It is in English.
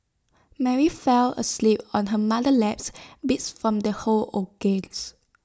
Mary fell asleep on her mother laps beats from the whole